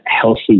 healthy